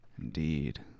indeed